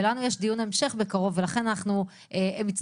ולנו יש דיון המשך בקרוב ולכן הם יצטרכו,